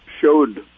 showed